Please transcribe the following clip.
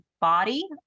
body